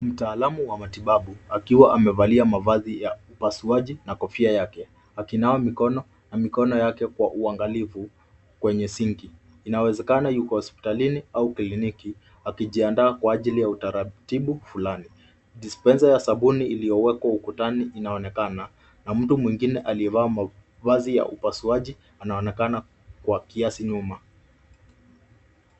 Mtaalamu wa matibabu akiwa amevalia mavazi ya upasuaji na kofia yake; akinawa mikono na mikono yake kwa uangalifu kwenye sinki. Inawezekana yuko hospitalini au kliniki, akijiandaa kwa ajili ya utaratibu fulani. Dispenser ya sabuni iliyowekwa ukutani inaonekana. Na mtu mwingine aliyevaa mavazi ya upasuaji anaonekana kwa kiasi nyuma.